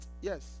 yes